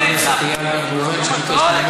הנה הצלחת.